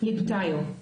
ליפטיור.